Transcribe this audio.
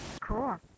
Cool